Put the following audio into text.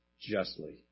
justly